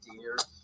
years